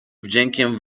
wdziękiem